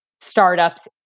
startups